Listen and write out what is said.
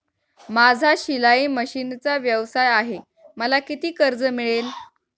माझा शिलाई मशिनचा व्यवसाय आहे मला किती कर्ज मिळेल?